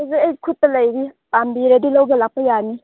ꯍꯧꯖꯤꯛ ꯑꯩ ꯈꯨꯠꯇ ꯂꯩꯔꯤ ꯄꯥꯝꯕꯤꯔꯗꯤ ꯂꯧꯕ ꯂꯥꯛꯄ ꯌꯥꯅꯤ